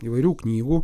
įvairių knygų